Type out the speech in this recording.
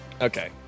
Okay